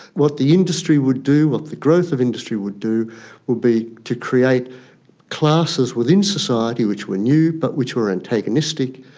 what the industry would do, what the growth of industry would do would be to create classes within society which were new but which were antagonistic.